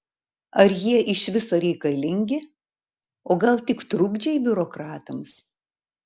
ar jie iš viso reikalingi o gal tik trukdžiai biurokratams